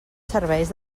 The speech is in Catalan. serveis